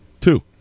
Two